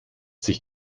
sich